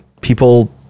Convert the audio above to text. people